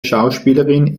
schauspielerin